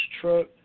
Truck